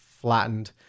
flattened